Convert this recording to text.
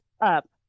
up